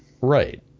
Right